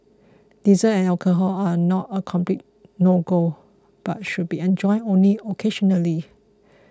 desserts and alcohol are not a complete no go but should be enjoyed only occasionally